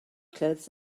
clothes